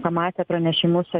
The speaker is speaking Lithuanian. pamatę pranešimus